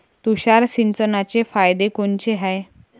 तुषार सिंचनाचे फायदे कोनचे हाये?